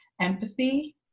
empathy